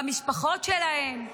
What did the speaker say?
במשפחות שלהם,